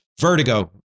vertigo